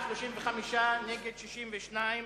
נא להצביע.